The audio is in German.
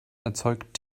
erzeugt